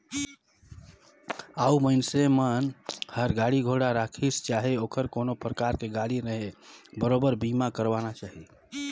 अउ मइनसे मन हर गाड़ी घोड़ा राखिसे चाहे ओहर कोनो परकार के गाड़ी रहें बरोबर बीमा करवाना चाही